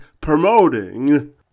promoting